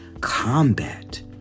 combat